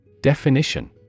Definition